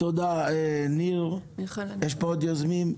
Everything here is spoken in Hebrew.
יש פה עוד יוזמים?